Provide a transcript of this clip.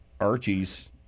Archie's